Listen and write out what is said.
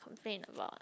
complain about